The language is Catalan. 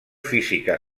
física